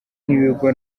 n’ibigo